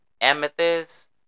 Amethyst